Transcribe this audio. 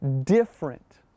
different